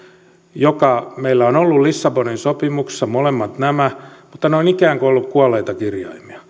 joka meillä on ollut lissabonin sopimuksessa ovat olleet molemmat nämä mutta ne ovat ikään kuin olleet kuolleita kirjaimia